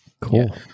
Cool